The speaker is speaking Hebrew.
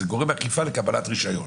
זה גורם אכיפה לקבלת רישיון.